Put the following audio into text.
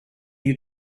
you